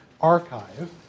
archive